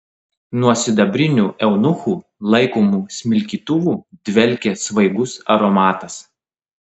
nuo sidabrinių eunuchų laikomų smilkytuvų dvelkė svaigus aromatas